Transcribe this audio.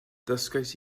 dysgais